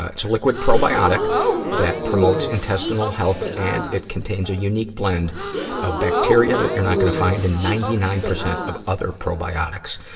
it's a liquid probiotic that promotes intestinal health, and it contains a unique blend of bacteria that you're not gonna find in ninety nine percent of other probiotics.